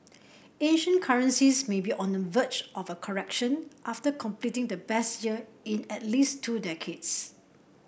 Asian currencies may be on the verge of a correction after completing the best year in at least two decades